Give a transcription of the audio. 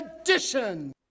edition